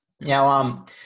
Now